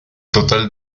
total